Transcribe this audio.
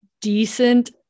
decent